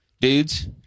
dudes